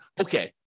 Okay